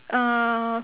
uh